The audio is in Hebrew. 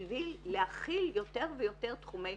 בשביל להכיל יותר ויותר תחומי